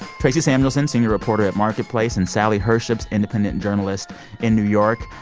tracey samuelson, senior reporter at marketplace, and sally herships, independent journalist in new york.